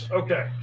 okay